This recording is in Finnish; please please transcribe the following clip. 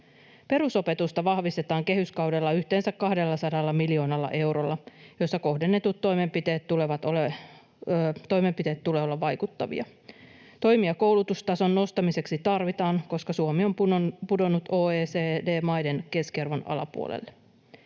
Perusopetusta vahvistetaan kehyskaudella yhteensä 200 miljoonalla eurolla, ja siinä kohdennettujen toimenpiteiden tulee olla vaikuttavia. Toimia koulutustason nostamiseksi tarvitaan, koska Suomi on pudonnut OECD-maiden keskiarvon alapuolelle.